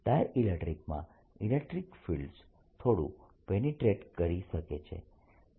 ડાયઈલેક્ટ્રીકમાં electric fields થોડુ penetrate કરી શકે છે